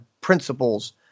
principles